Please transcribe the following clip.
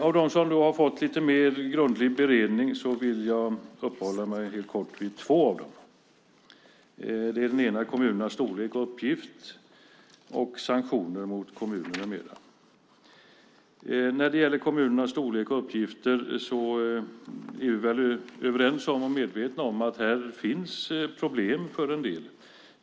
Av de motioner som har fått lite mer grundlig beredning vill jag uppehålla mig helt kort vid två stycken. Den ena gäller kommunernas storlek och uppgift och den andra sanktioner mot kommuner med mera. När det gäller kommunernas storlek och uppgifter är vi väl överens om och medvetna om att det finns problem för en del.